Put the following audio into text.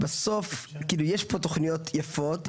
בסוף יש פה תוכניות יפות,